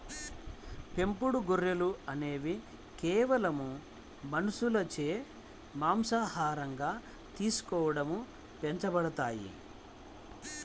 పెంపుడు గొర్రెలు అనేవి కేవలం మనుషులచే మాంసాహారంగా తీసుకోవడం పెంచబడతాయి